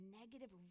negative